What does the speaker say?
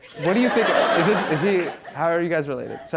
what do you think is he how are you guys related? son?